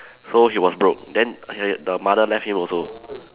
so he was broke then he the mother left him also